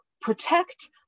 protect